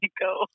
go